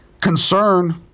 concern